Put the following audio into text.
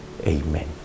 Amen